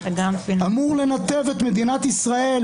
אמור לנתב את מדינת ישראל,